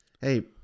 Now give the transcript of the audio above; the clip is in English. hey